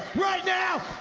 right now,